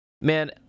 man